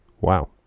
Wow